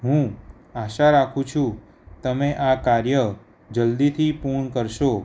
હું આશા રાખું છું તમે આ કાર્ય જલ્દીથી પૂર્ણ કરશો